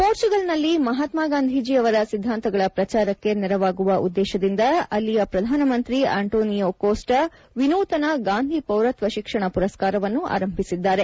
ಪೋರ್ಚುಗಲ್ನಲ್ಲಿ ಮಹಾತ್ಮಾ ಗಾಂಧೀಜಿ ಅವರ ಸಿದ್ಧಾಂತಗಳ ಪ್ರಚಾರಕ್ಕೆ ನೆರವಾಗುವ ಉದ್ದೇಶದಿಂದ ಅಲ್ಲಿಯ ಪ್ರಧಾನಮಂತ್ರಿ ಆಂಟೊನಿಯೋ ಕೋಸ್ವ ವಿನೂತನ ಗಾಂಧಿ ಪೌರತ್ವ ಶಿಕ್ಷಣ ಪುರಸ್ಕಾರವನ್ನು ಆರಂಭಿಸಿದ್ದಾರೆ